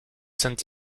sent